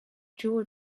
jaw